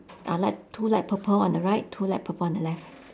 are like two light purple on the right two light purple on the left